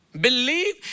believe